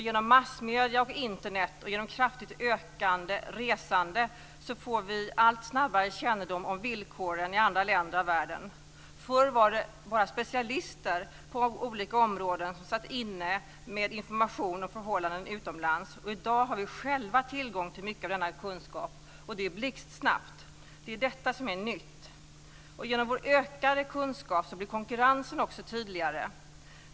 Genom massmedier och Internet och genom kraftigt ökat resande får vi allt snabbare kännedom om villkoren i andra delar av världen. Förr var det bara specialister på olika områden som satt inne med information om förhållanden utomlands. I dag har vi själva tillgång till mycket av denna kunskap, och det blixtsnabbt. Det är detta som är nytt. Genom vår ökade kunskap blir konkurrensen också tydligare.